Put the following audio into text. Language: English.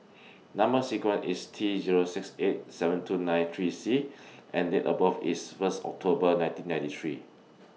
Number sequence IS T Zero six eight seven two nine three C and Date of birth IS one October nineteen ninety three